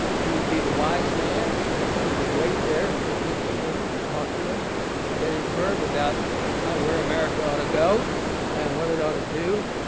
he would be the wise man who would wait there until people came and talked to him gettysburg about where america ought to go and what it ought to do.